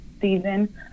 season